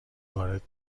وارد